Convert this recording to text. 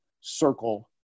circle